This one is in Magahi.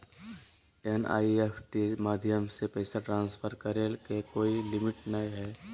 एन.ई.एफ.टी माध्यम से पैसा ट्रांसफर करे के कोय लिमिट नय हय